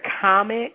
comic